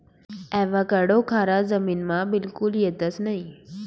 avocado खारा जमीनमा बिलकुल येतंस नयी